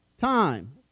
time